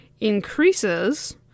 increases